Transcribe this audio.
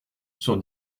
sur